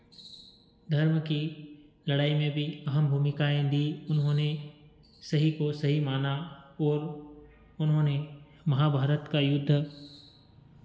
धर्म की लड़ाई में भी अहम भूमिकाएँ दी उन्होंने सही को सही माना और उन्होंने महाभारत का युद्ध